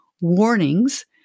Warnings